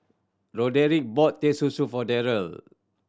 Roderic bought Teh Susu for Darrel